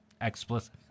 Explicit